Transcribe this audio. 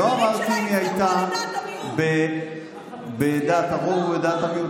לא אמרתי אם היא הייתה בדעת הרוב או בדעת המיעוט,